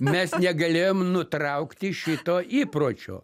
mes negalėjom nutraukti šito įpročio